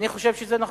אני חושב שזה נכון.